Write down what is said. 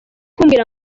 kumbwira